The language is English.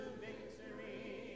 victory